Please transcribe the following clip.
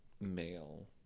male